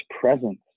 presence